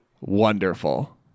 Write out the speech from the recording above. wonderful